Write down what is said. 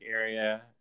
area